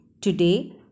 Today